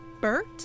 Bert